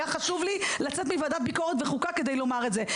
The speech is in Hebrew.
היה חשוב לי לצאת מוועדת ביקורת ומוועדת החוקה כדי לומר את זה.